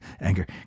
anger